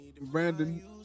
Brandon